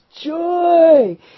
joy